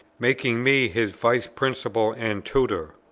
making me his vice-principal and tutor.